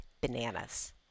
bananas